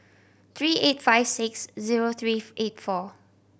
three eight five six zero three eight four